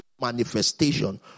manifestation